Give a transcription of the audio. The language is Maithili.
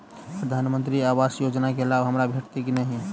प्रधानमंत्री आवास योजना केँ लाभ हमरा भेटतय की नहि?